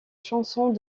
chansons